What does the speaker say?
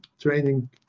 training